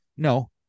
No